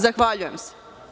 Zahvaljujem se.